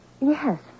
Yes